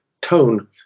tone